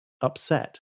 upset